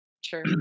Sure